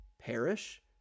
perish